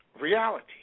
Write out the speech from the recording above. reality